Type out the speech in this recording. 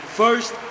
first